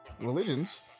religions